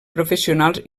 professionals